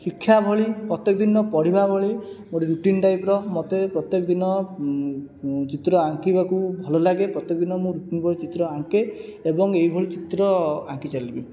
ଶିକ୍ଷା ଭଳି ପ୍ରତ୍ୟେକ ଦିନ ମୋ ପଢ଼ିବା ଭଳି ଗୋଟିଏ ରୁଟିନ୍ ଟାଇପର ମୋତେ ପ୍ରତ୍ୟେକ ଦିନ ଚିତ୍ର ଆଙ୍କିବାକୁ ଭଲ ଲାଗେ ପ୍ରତ୍ୟେକ ଦିନ ମୁଁ ରୁଟିନ୍ କରି ଚିତ୍ର ଆଙ୍କେ ଏବଂ ଏହିଭଳି ଚିତ୍ର ଆଙ୍କି ଚାଲିବି